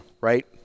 right